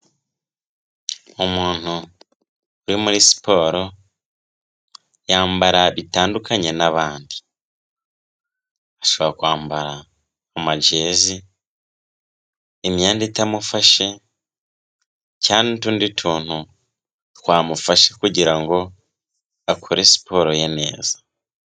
Umuntu uri muri siporo yambara bitandukanye n'abandi, ashobora kwa amajezi, imyenda itamufashe cyangwa n'utundi tuntu twamufasha kugira ngo akore siporo ye neza.